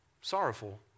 sorrowful